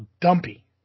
dumpy